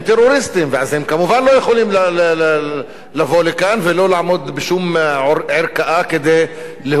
אז הם כמובן לא יכולים לבוא לכאן ולא לעמוד בשום ערכאה כדי להוכיח אחרת.